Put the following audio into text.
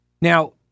Now